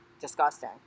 disgusting